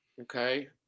okay